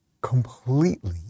completely